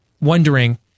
wondering